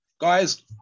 Guys